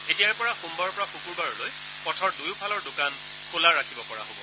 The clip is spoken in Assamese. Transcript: এতিয়াৰে পৰা সোমবাৰৰ পৰা শুকুৰবাৰলৈ পথৰ দুয়োফালৰ দোকান খোলা ৰাখিব পৰা যাব